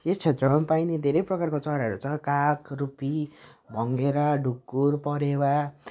यस क्षेत्रमा पाइने धेरै प्रकारका चराहरू छ काग रुप्पी भँगेरा ढुकुर परेवा